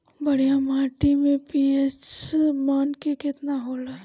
बढ़िया माटी के पी.एच मान केतना होला?